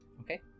Okay